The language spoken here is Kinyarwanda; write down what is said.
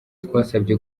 twasabye